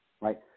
right